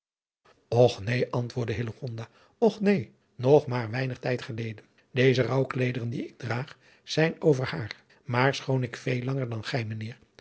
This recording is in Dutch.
och neen antwoordde hillegonda och neen nog maar weinig tijd geleden deze rouwkleederen die ik draag zijn over haar maar schoon ik veel langer dan gij